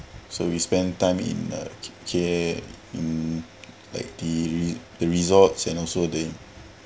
so we spend time in uh K_L in like the the resort and also the